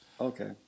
Okay